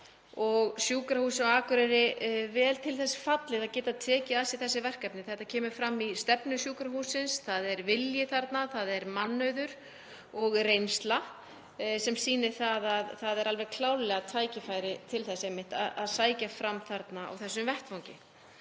Sjúkrahúsið á Akureyri er vel til þess fallið að geta tekið að sér þessi verkefni. Þetta kemur fram í stefnu sjúkrahússins. Það er vilji þarna, það er mannauður og reynsla sem sýnir að það er alveg klárlega tækifæri til þess einmitt að sækja fram á þessum vettvangi.